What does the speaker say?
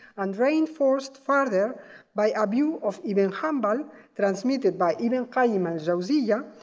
and reinforced further by a view of ibn hanbal transmitted by ibn qayyim al-jawziyya,